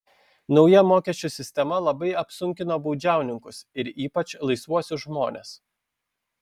nauja mokesčių sistema labai apsunkino baudžiauninkus ir ypač laisvuosius žmones